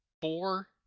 four